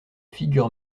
figure